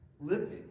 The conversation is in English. living